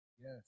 yes